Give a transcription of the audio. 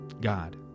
God